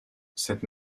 cette